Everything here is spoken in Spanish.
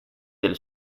del